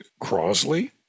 Crosley